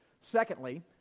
Secondly